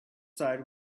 side